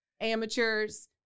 amateurs